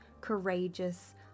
courageous